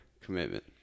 Commitment